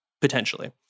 potentially